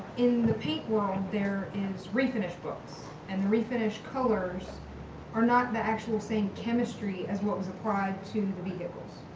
in the paint world, there is refinish books and refinish colors are not the actual same chemistry as what was applied to the vehicles.